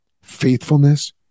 faithfulness